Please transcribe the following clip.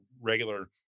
regular